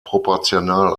proportional